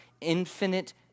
infinite